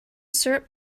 syrup